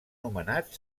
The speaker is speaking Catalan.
nomenat